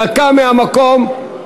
דקה מהמקום,